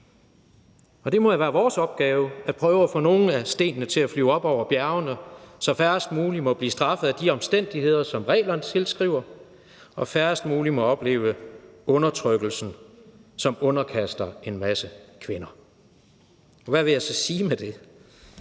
Og det må jo være vores opgave at prøve at få nogle af stenene til at flyve op over bjergene, så færrest mulige må blive straffet af de omstændigheder, som reglerne tilskriver, og at færrest mulige må opleve undertrykkelsen, som en masse kvinder underkastes. Hvad vil jeg så sige med det?